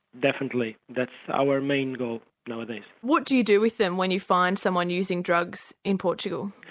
definitely, that's our main goal nowadays. what do you do with them when you find someone using drugs in portugal?